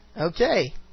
Okay